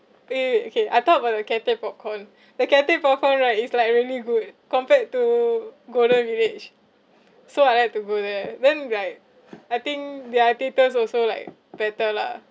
wait wait okay I thought about the cathay popcorn the cathay popcorn right it's like really good compared to golden village so I like to go there then like I think their theatres also like better lah